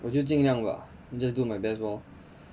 我就尽量吧 just do my best lor